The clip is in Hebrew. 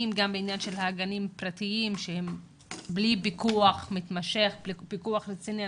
אלא גם בעניין הגנים הפרטיים שהם ללא פיקוח מתמשך ובלי פיקוח רציני.